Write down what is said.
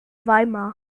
weimar